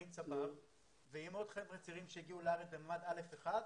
צבר ועם עוד חבר'ה צעירים שהגיעו לארץ במעמד א/1.